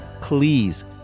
please